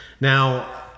Now